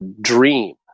dream